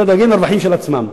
אלא דואגים לרווחים של עצמם.